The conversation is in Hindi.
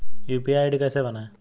यू.पी.आई आई.डी कैसे बनाएं?